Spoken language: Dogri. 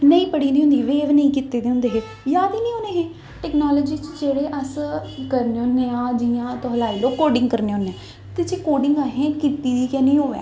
नेईं पढ़ी दी होंदी बिंद नेईं कीते दे होंदे याद गै निं होने हे टैक्नालजी च जेह्ड़े अस करने होन्ने आं जि'यां तुस लाई लैओ कोडिंग करने होन्ने आं ते जे कोडिंग असें कीती